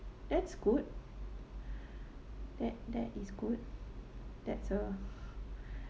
that's good that that is good that's uh